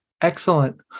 Excellent